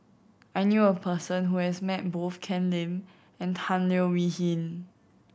I knew a person who has met both Ken Lim and Tan Leo Wee Hin